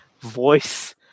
voice